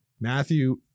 Matthew